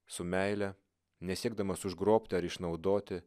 su meile nesiekdamas užgrobti ar išnaudoti